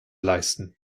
leisten